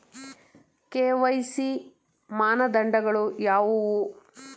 KYC ಮಾನದಂಡಗಳು ಯಾವುವು?